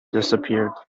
disappeared